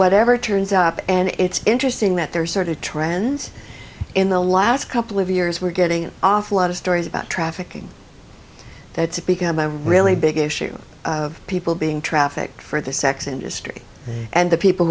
whatever turns up and it's interesting that there are certain trends in the last couple of years we're getting an awful lot of stories about trafficking that's become a really big issue of people being trafficked for the sex industry and the people